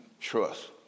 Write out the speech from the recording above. trust